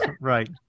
Right